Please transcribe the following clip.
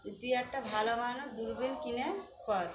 যে তুই একটা ভালো ভালো দূরবীন কিনে কর